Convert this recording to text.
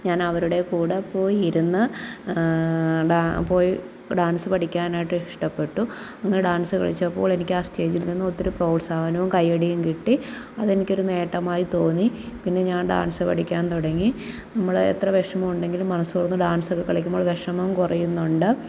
ഞാനവരുടെ കൂടെ പോയിരുന്ന് പോയി ഡാൻസ് പഠിക്കാനായിട്ട് ഇഷ്ടപ്പെട്ടു അന്ന് ഡാൻസ് കളിച്ചപ്പോൾ എനിക്ക് ആ സ്റ്റേജിൽ നിന്ന് ഒത്തിരി പ്രോത്സാഹനവും കയ്യടിയും കിട്ടി അതെനിക്ക് ഒരു നേട്ടമായി തോന്നി പിന്നെ ഞാൻ ഡാൻസ് പഠിക്കാൻ തുടങ്ങി നമ്മൾ എത്ര വിഷമമുണ്ടെങ്കിലും മനസ്സു തുറന്ന് ഡാൻസ് കളിക്കുമ്പോൾ വിഷമം കുറയുന്നുണ്ട്